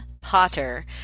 potter